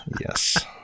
yes